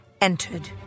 entered